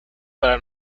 para